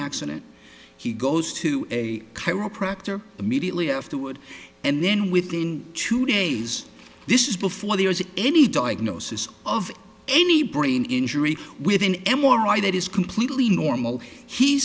accident he goes to a chiropractor immediately afterward and then within two days this is before there is any diagnosis of any brain injury with an m r i that is completely normal he